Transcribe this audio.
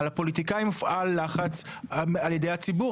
על הפוליטיקאים הופעל לחץ על ידי הציבור.